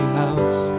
house